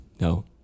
no